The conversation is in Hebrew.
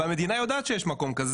והמדינה יודעת שיש מקום כזה.